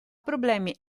problemi